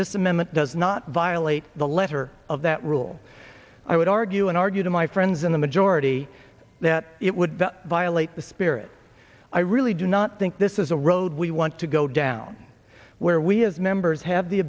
amendment does not violate the letter of that rule i would argue and argue to my friends in the majority that it would violate the spirit i really do not think this is a road we want to go down where we as members have the